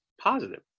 positive